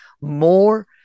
more